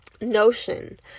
notion